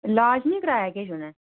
लाज नीि कराया किश उ'नें